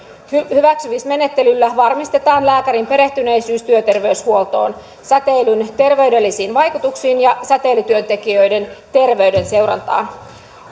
hyväksymismenettelyllä varmistetaan lääkärin perehtyneisyys työterveyshuoltoon säteilyn terveydellisiin vaikutuksiin ja säteilytyöntekijöiden terveyden seurantaan